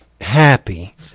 happy